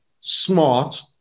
smart